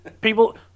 People